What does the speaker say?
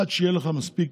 עד שיהיו לך מספיק